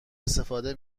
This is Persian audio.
استفاده